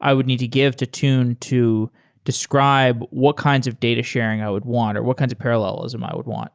i would need to give to tune to describe what kinds of data sharing i would want or what kinds of parallelism i would want?